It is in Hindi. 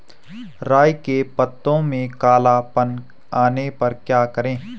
राई के पत्तों में काला पन आने पर क्या करें?